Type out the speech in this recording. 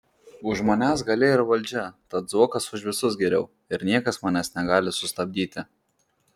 už manęs galia ir valdžia tad zuokas už visus geriau ir niekas manęs negali sustabdyti